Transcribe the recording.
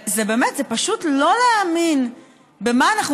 זה באמת, פשוט לא להאמין במה אנחנו